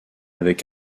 avec